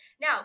Now